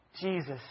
Jesus